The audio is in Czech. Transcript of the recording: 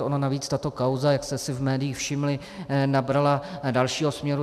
Ona navíc tato kauza, jak jste si v médiích všimli, nabrala dalšího směru.